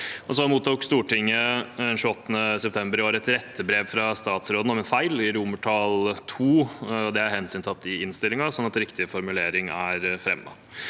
Stortinget mottok den 28. september i år et rettebrev fra statsråden om en feil i II. Det er hensyntatt i innstillingen, sånn at riktig formulering er fremmet.